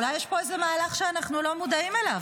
אולי יש פה איזה מהלך שאנחנו לא מודעים אליו.